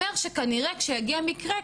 זה אומר שכנראה שכשיגיע מקרה,